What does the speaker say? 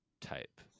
type